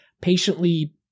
patiently